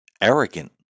arrogant